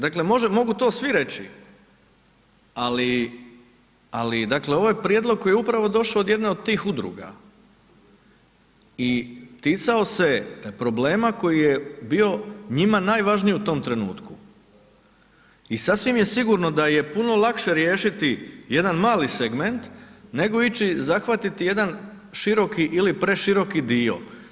Dakle mogu to svi reći ali dakle ovo je prijedlog koji je upravo došao od jedne od tih udruga i ticao se problema koji je bio njima najvažniji u tom trenutku i sasvim je sigurno da je puno lakše riješiti jedan mali segment nego ići zahvatiti jedan široki ili preširoki dio.